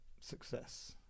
success